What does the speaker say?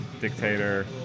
Dictator